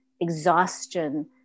exhaustion